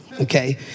Okay